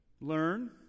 learn